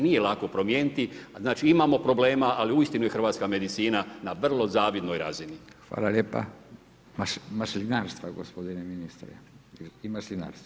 Nije lako promijeniti, znači imamo problema ali uistinu je hrvatska medicina na vrlo zavidnoj razini.